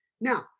Now